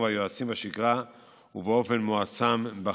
והיועצים בשגרה ובאופן מועצם בחירום.